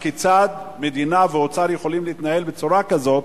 הכיצד מדינה ואוצר יכולים להתנהל בצורה כזו,